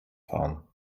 fahren